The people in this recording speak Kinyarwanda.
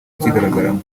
kigaragaramo